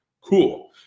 Cool